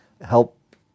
help